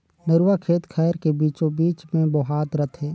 नरूवा खेत खायर के बीचों बीच मे बोहात रथे